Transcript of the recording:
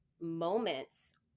moments